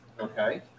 okay